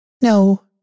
No